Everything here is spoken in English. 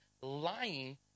lying